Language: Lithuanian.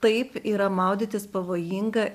taip yra maudytis pavojinga